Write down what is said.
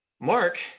Mark